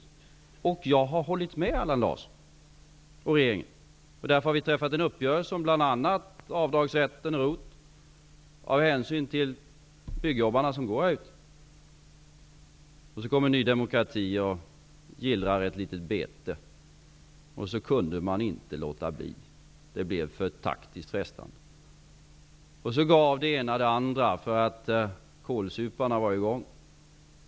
Jag har och regeringen har hållit med Allan Larsson om det, och därför har vi träffat en uppgörelse om bl.a. avdragsrätt för ROT, av hänsyn till byggjobbarna som går här utanför. Så kom Ny demokrati och gillrade ett litet bete, och så kunde man inte låta bli. Det blev för taktiskt frestande. Så gav det ena det andra, därför att kålsuparna var i gång.